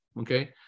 okay